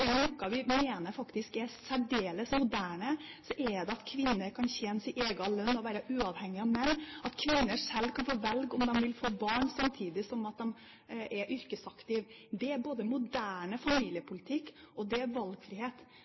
noe vi faktisk mener er særdeles moderne, er det det at kvinner kan tjene sin egen lønn og være uavhengig av menn, at kvinner selv kan få velge om de vil få barn samtidig som man er yrkesaktiv. Det er en moderne familiepolitikk, og det er valgfrihet.